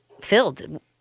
filled